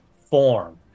form